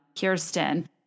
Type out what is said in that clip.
Kirsten